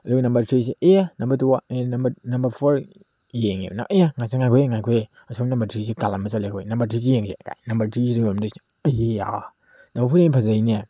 ꯑꯗꯨꯒ ꯅꯝꯕꯔ ꯊ꯭ꯔꯤꯁꯦ ꯑꯦ ꯅꯝꯕꯔ ꯇꯨ ꯑꯦ ꯅꯝꯕꯔ ꯅꯝꯕꯔ ꯐꯣꯔ ꯌꯦꯡꯂꯦꯗꯅ ꯑꯦ ꯉꯁꯥꯏ ꯉꯥꯏꯈꯣꯍꯦ ꯉꯥꯏꯈꯣꯍꯦ ꯑꯁꯣꯝ ꯅꯝꯕꯔ ꯊ꯭ꯔꯤꯁꯤ ꯀꯥꯜꯂꯝꯂ ꯆꯠꯂꯦ ꯑꯩꯈꯣꯏ ꯅꯝꯕꯔ ꯊ꯭ꯔꯤꯁꯦ ꯌꯦꯡꯁꯦ ꯀꯥꯏ ꯅꯝꯕꯔ ꯊ꯭ꯔꯤꯁꯤꯗ ꯌꯣꯜꯂꯝꯗꯣꯏꯁꯦ ꯑꯩꯌꯥ ꯅꯝꯕꯔ ꯐꯣꯔꯗꯩ ꯍꯦꯟꯅ ꯐꯖꯩꯅꯦ